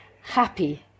Happy